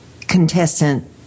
contestant